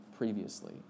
Previously